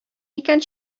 икән